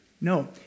No